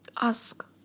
Ask